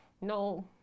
no